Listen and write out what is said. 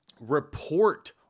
report